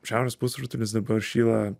šiaurės pusrutulis dabar šyla